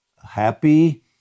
happy